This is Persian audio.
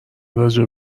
راجع